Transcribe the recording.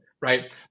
right